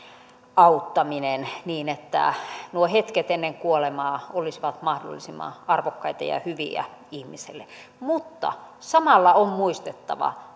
auttaminen niin että nuo hetket ennen kuolemaa olisivat mahdollisimman arvokkaita ja hyviä ihmiselle mutta samalla on muistettava